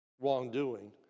wrongdoing